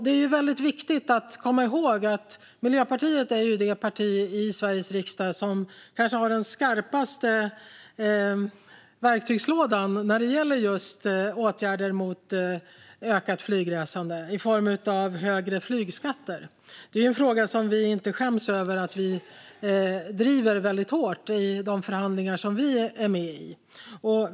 Det är väldigt viktigt att komma ihåg att Miljöpartiet är det parti i Sveriges riksdag som kanske har den skarpaste verktygslådan när det gäller just åtgärder mot ökat flygresande i form av högre flygskatter. Det är en fråga som vi inte skäms över att vi driver väldigt hårt i de förhandlingar som vi är med i.